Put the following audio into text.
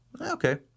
Okay